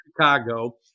Chicago